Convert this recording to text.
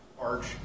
Arch